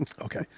Okay